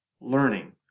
learning